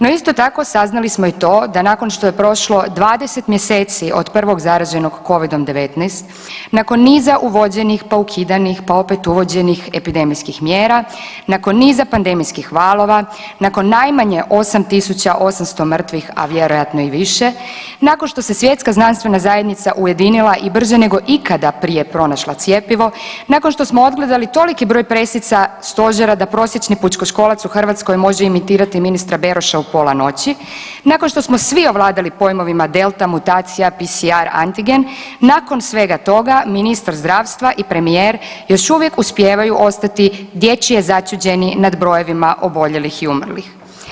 No, isto tako saznali smo i to da nakon što je prošlo 20 mjeseci od prvog zaraženog Covidom-19, nakon niza uvođenih, pa ukidanih, pa opet uvođenih epidemijskih mjera, nakon niza pandemijskih valova, nakon najmanje 8.800 mrtvih, a vjerojatno i više, nakon što se svjetska znanstvena zajednica ujedinila i brže nego ikada prije pronašla cjepivo, nakon što smo odgledali toliki broj presica stožera da prosječni pučkoškolac u Hrvatskoj može imitirali ministra Beroša u pola noći, nakon što smo svi ovladali pojmovima Delta, mutacija, PCR, antigen, nakon svega toga ministar zdravstva i premijer još uvijek uspijevaju ostati dječje začuđeni nad brojevima oboljelih i umrlih.